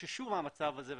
שחששו מהמצב הזה,